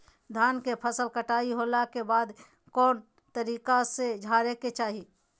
धान के फसल कटाई होला के बाद कौन तरीका से झारे के चाहि?